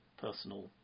personal